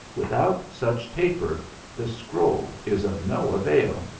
without such taper the scroll is of no avail.